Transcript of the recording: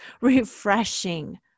refreshing